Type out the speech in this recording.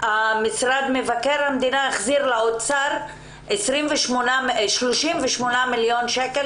משרד מבקר המדינה החזיר לאוצר 38 מיליון שקל